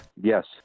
Yes